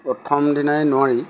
প্ৰথম দিনাই নোৱাৰি